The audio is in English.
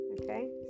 okay